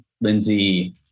Lindsey